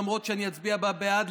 למרות שאני אצביע בעד.